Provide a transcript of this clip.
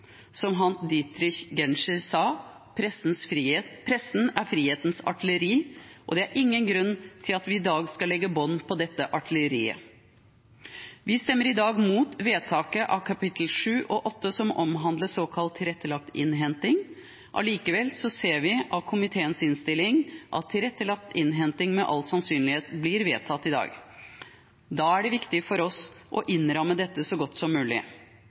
Som Hans-Dietrich Genscher sa: Pressen er frihetens artilleri. Og det er ingen grunn til at vi i dag skal legge bånd på dette artilleriet. Vi stemmer i dag mot vedtaket av kapittel 7 og 8, som omhandler såkalt tilrettelagt innhenting. Allikevel ser vi av komiteens innstilling at tilrettelagt innhenting med all sannsynlighet blir vedtatt i dag. Da er det viktig for oss å innramme dette så godt som mulig.